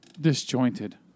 Disjointed